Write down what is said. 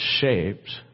shaped